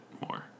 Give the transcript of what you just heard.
more